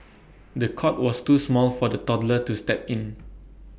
the cot was too small for the toddler to step in